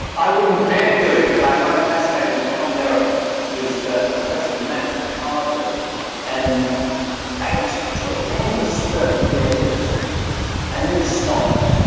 i wouldn't dare do it but i find it fascinating that tom lehrer was a professor of maths at harvard and had this tremendous spurt of creativity and then stopped.